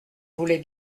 voulez